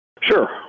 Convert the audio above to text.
Sure